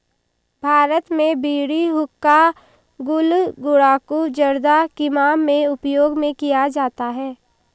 भारत में बीड़ी हुक्का गुल गुड़ाकु जर्दा किमाम में उपयोग में किया जाता है